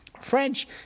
French